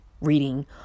reading